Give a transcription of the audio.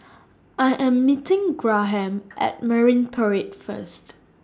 I Am meeting Graham At Marine Parade First